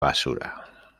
basura